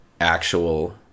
actual